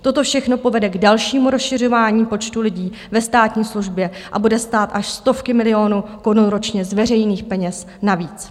Toto všechno povede k dalšímu rozšiřování počtu lidí ve státní službě a bude stát až stovky milionů korun ročně z veřejných peněz navíc.